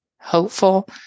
hopeful